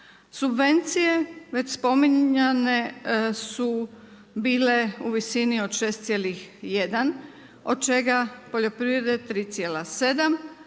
Subvencije već spominjanje su bile u visini u 6,1 od čega poljoprivrede 3,7,